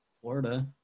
Florida